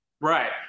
Right